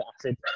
acid